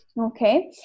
Okay